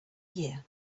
year